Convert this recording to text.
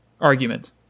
argument